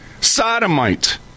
sodomite